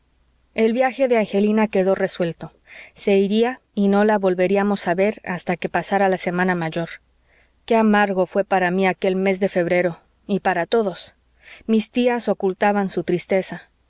el viaje de angelina quedó resuelto se iría y no la volveríamos a ver hasta que pasara la semana mayor qué amargo fué para mí aquel mes de febrero y para todos mis tías ocultaban su tristeza